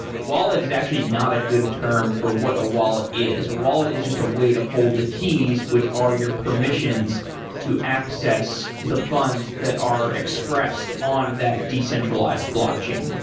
wallet is actually not a good term for what a wallet is. a wallet is just a way to hold the keys which are your permissions to access the funds that are expressed on that decentralize blockchain.